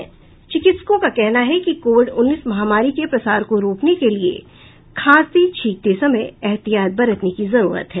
चिकित्सकों का कहना है कि कोविड उन्नीस महामारी के प्रसार को रोकने के लिए खांसते छिकते समय एहतियात बरतने की जरूरत है